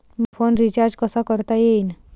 मले phone recharge कसा करता येईन?